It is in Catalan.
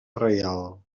reial